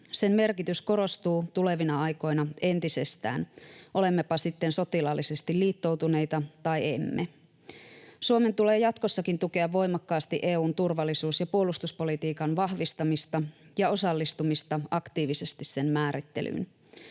Sen merkitys korostuu tulevina aikoina entisestään, olemmepa sitten sotilaallisesti liittoutuneita tai emme. Suomen tulee jatkossakin tukea voimakkaasti EU:n turvallisuus- ja puolustuspolitiikan vahvistamista ja osallistumista aktiivisesti sen määrittelyyn.